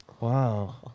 Wow